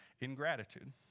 ingratitude